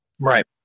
Right